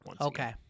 Okay